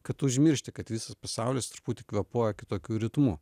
kad užmiršti kad visas pasaulis truputį kvėpuoja kitokiu ritmu